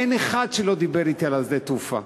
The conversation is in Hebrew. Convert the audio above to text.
אין אחד שלא דיבר אתי על שדה-התעופה.